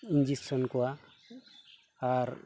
injection ᱠᱚᱣᱟᱜ ᱟᱨ